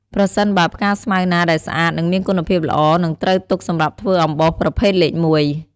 ប្រសិនបើផ្កាស្មៅណាដែលស្អាត និងមានគុណភាពល្អ នឹងត្រូវទុកសម្រាប់ធ្វើអំបោសប្រភេទលេខ១។